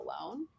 alone